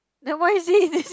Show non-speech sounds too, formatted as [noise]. then why is he [laughs]